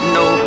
no